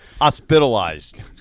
Hospitalized